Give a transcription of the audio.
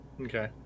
Okay